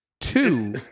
two